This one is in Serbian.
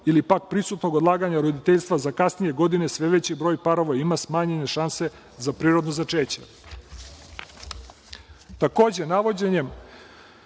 ili pak prisutnog odlaganja roditeljstva za kasnije godine, sve veći broj parova ima smanjene šanse za prirodno začeće. Takođe, navođenjem